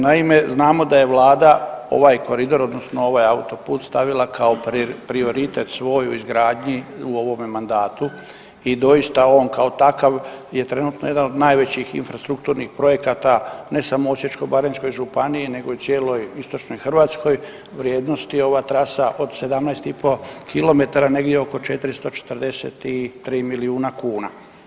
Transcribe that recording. Naime, znamo da je vlada ovaj koridor odnosno ovaj autoput stavila kao prioritet svoj u izgradnji u ovome mandatu i doista on kao takav je trenutno jedan od najvećih infrastrukturnih projekata ne samo u Osječko-baranjskoj županiji nego i u cijeloj istočnoj Hrvatskoj, vrijednosti je ova trasa od 17,5 kilometara negdje oko 443 milijuna kuna.